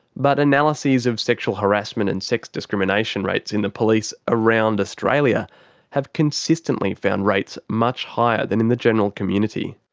but analyses of sexual harassment and sex discrimination rates in the police around australia have consistently found rates much higher than in the general community.